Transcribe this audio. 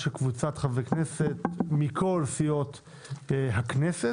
של קבוצת חברי כנסת מכל סיעות הכנסת.